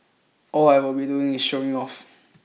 all I would be doing is showing off